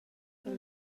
per